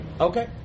Okay